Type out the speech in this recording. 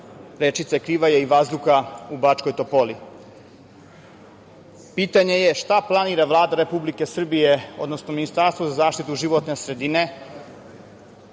rečice Krivaje i vazduha u Bačkoj Topoli. Pitanje je – šta planira Vlada Republike Srbije, odnosno Ministarstvo za zaštitu životne sredine